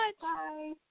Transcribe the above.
Bye